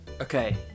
okay